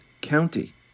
County